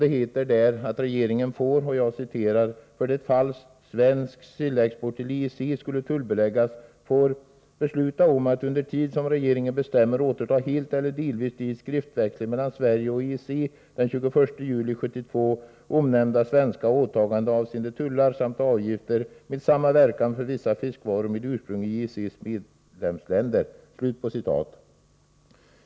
Det heter där att regeringen ”för det fall svensk sillexport till EEC skulle tullbeläggas — får besluta om att under tid som regeringen bestämmer återta helt eller delvis de i skriftväxling mellan Sverige och EEC den 21 juli 1972 omnämnda svenska åtagandena avseende tullar samt avgifter med samma verkan för vissa fiskvaror med ursprung i EEC:s medlemsländer”.